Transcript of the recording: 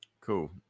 Cool